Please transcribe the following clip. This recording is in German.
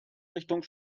richtung